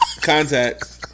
Contact